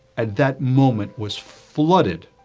at that moment was flooded